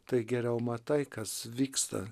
tai geriau matai kas vyksta